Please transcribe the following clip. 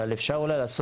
אבל אולי אפשר לעשות